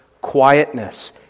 quietness